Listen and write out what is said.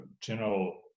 general